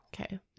Okay